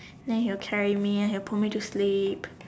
and he'll carry me he'll put me to sleep